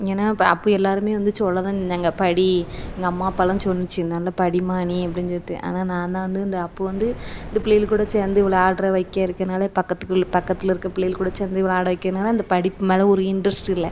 ஏன்னா அப்போ அப்போ எல்லோருமே வந்து சொல்ல தான் செஞ்சாங்க படி எங்கள் அம்மா அப்பாலாம் சொன்னுச்சி நல்லா படிம்மா நீ அப்படினு சொல்லிட்டு ஆனால் நான் தான் வந்து இந்த அப்போ வந்து இந்த பிள்ளைகள் கூட சேர்ந்து விளையாடுற வைக்க இருக்கிறனாலே பக்கத்து பக்கத்தில் இருக்கற பிள்ளைகள் கூட சேர்ந்து விளையாட வைக்கிறனால இந்த படிப்பு மேலே ஒரு இன்ட்ரெஸ்ட்டு இல்லை